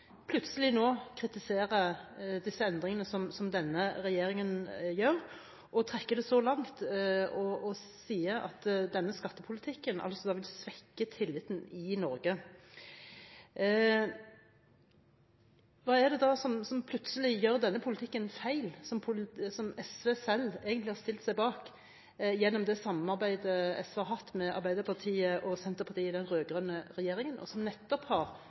plutselig nå kritisere de endringene som denne regjeringen gjør, og trekke det så langt som til å si at denne skattepolitikken vil svekke tilliten i Norge. Hva er det som plutselig gjør denne politikken feil, som SV selv egentlig har stilt seg bak gjennom det samarbeidet SV har hatt med Arbeiderpartiet og Senterpartiet i den rød-grønne regjeringen, som nettopp har